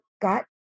got